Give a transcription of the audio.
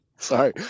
Sorry